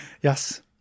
Yes